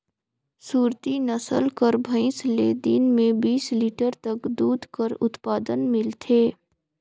सुरती नसल कर भंइस ले दिन में बीस लीटर तक दूद कर उत्पादन मिलथे